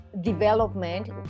development